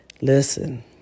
listen